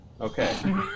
Okay